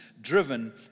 driven